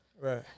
right